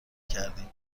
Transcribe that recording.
کردیم